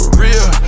real